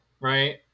right